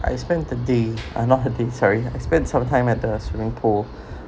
I spent the day I'm not had it sorry I spent some time at the swimming pool